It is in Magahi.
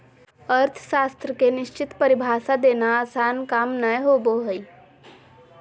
अर्थशास्त्र के निश्चित परिभाषा देना आसन काम नय होबो हइ